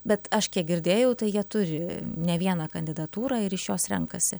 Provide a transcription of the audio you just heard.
bet aš kiek girdėjau tai jie turi ne vieną kandidatūrą ir iš jos renkasi